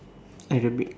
Arabic